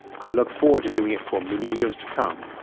i look forward to doing it for many years to come,